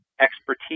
expertise